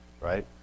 right